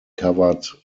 covered